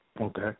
Okay